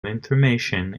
information